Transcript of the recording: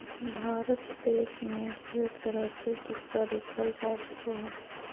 भारत देश मे ढेर तरह के सिक्का देखल जा सको हय